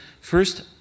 first